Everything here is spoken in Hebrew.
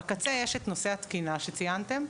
בקצה, יש את נושא התקינה שציינתם.